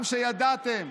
גם כשידעתם